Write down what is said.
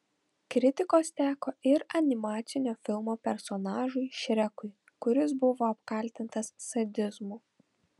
kritikos teko ir animacinio filmo personažui šrekui kuris buvo apkaltintas sadizmu